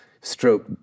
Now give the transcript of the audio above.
stroke